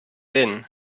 din